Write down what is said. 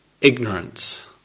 ignorance